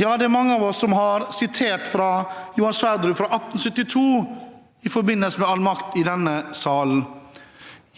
Ja, det er mange av oss som har sitert Johan Sverdrup fra 1872, i forbindelse med begrepet «all makt i denne sal».